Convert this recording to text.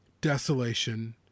desolation